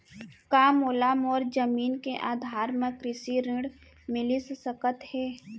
का मोला मोर जमीन के आधार म कृषि ऋण मिलिस सकत हे?